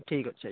ଠିକ୍ ଅଛି ଆଜ୍ଞା